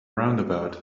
roundabout